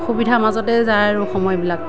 অসুবিধাৰ মাজতে যায় আৰু সময়বিলাক